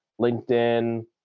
LinkedIn